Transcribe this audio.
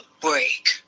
break